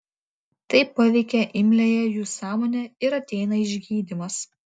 tai paveikia imliąją jų sąmonę ir ateina išgydymas